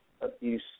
abuse